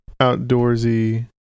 outdoorsy